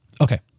Okay